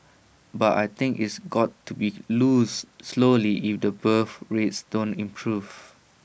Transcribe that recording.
but I think it's got to be loose slowly if the birth rates don't improve